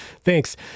thanks